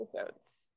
Episodes